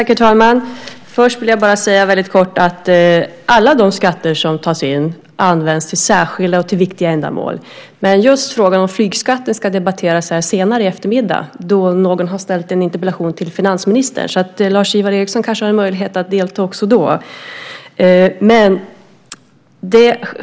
Herr talman! Först vill jag väldigt kort säga att alla de skatter som tas in används till särskilda och viktiga ändamål. Men just frågan om flygskatten ska debatteras här senare i eftermiddag, då någon har ställt en interpellation till finansministern. Lars-Ivar Ericson har kanske en möjlighet att delta också då.